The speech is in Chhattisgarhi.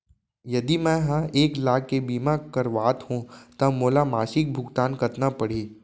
यदि मैं ह एक लाख के बीमा करवात हो त मोला मासिक भुगतान कतना पड़ही?